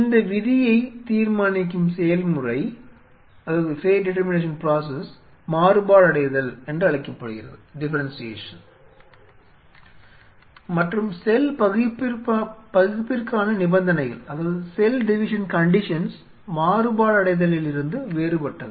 இந்த விதியை தீர்மானிக்கும் செயல்முறை மாறுபாடடைதல் என்று அழைக்கப்படுகிறது மற்றும் செல் பகுப்பிற்கான நிபந்தனைகள் மாறுபாடடைதலில் இருந்து வேறுபட்டது